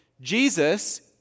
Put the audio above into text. Jesus